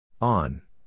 On